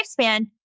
lifespan